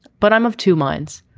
but i'm of two minds.